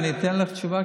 אני אתן לך תשובה,